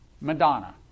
Madonna